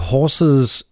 Horses